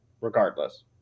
regardless